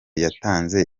yatanze